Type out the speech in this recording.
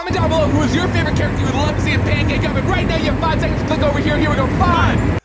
um ah below. who is your favorite character you would love to see a pancake of it. right now, you have five seconds to click over here. here we go, five,